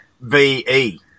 VE